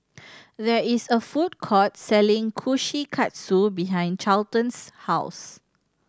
there is a food court selling Kushikatsu behind Charlton's house